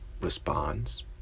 responds